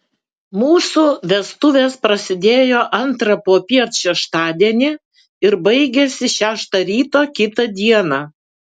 mūsų vestuvės prasidėjo antrą popiet šeštadienį ir baigėsi šeštą ryto kitą dieną